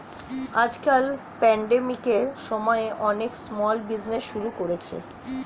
আজকাল প্যান্ডেমিকের সময়ে অনেকে স্মল বিজনেজ শুরু করেছে